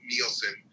Nielsen